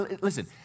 Listen